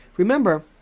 Remember